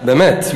באמת,